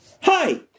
Hi